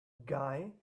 guy